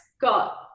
got